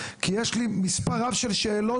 כי יש לי מספר רב של שאלות,